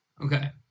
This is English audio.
okay